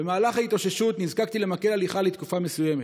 במהלך ההתאוששות נזקקתי למקל הליכה לתקופה מסוימת.